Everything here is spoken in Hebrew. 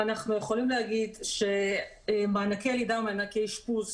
אנחנו יכולים להגיד שמענקי לידה או מענקי אשפוז